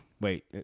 Wait